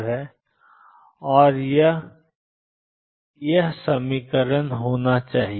और यह ⟨x ⟨x⟩2⟩ ⟨p ⟨p⟩2⟩ होना चाहिए